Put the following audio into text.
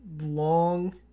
long